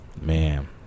Man